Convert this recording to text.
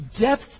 depth